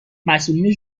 مسئولین